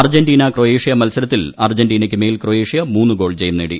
Argentina Croatia മത്സരത്തിൽ അർജന്റീനയ്ക്ക് മേൽ ക്രൊയേഷ്യ മൂന്നൂ ഗോൾ ജയം നേടി